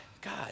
God